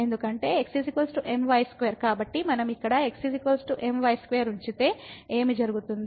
కాబట్టి మనం ఇక్కడ x my2 ఉంచితే ఏమి జరుగుతుంది